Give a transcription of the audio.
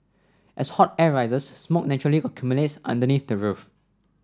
as hot air rises smoke naturally accumulates underneath the roof